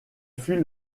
fut